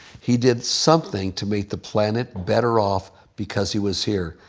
he did something to make the planet better off because he was here.